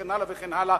וכן הלאה וכן הלאה,